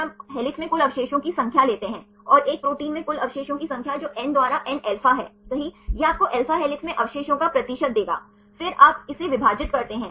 तो आप देख सकते हैं कि अवशेष 60 30 और 90 0 अवशेषों के लिए हैं I 1 और i 2 टाइप वन टर्न के मामले में और यदि आप एमिनो की घटना की आवृत्ति में देखते हैं